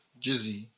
Jizzy